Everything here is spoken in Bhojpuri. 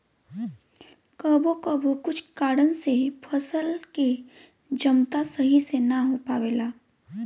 कबो कबो कुछ कारन से फसल के जमता सही से ना हो पावेला